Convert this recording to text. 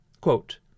quote